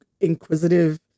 inquisitive